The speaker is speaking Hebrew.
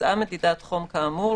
בוצעה מדידת חום כאמור,